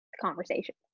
conversation